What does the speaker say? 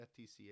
FTCA